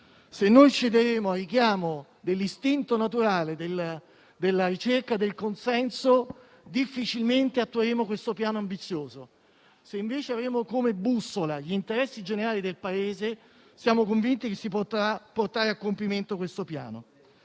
Se noi cederemo al richiamo dell'istinto naturale della ricerca del consenso, difficilmente attueremo questo piano ambizioso. Se, invece, avremo come bussola gli interessi generali del Paese, siamo convinti che si potrà portare a compimento questo Piano.